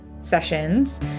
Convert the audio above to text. sessions